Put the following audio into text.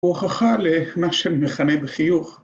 ‫הוא הוכחה למה שמכנה בחיוך...